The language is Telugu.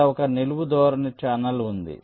ఇక్కడ ఒక నిలువు ధోరణి ఛానెల్ ఉంది